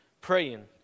praying